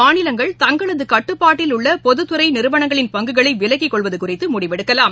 மாநிலங்கள் தங்களது கட்டுப்பாட்டில் உள்ள பொதுத்துறை நிறுவனங்களின் பங்குகளை விலக்கிக் கொள்வது குறித்து முடிவெடுக்கலாம்